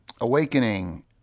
awakening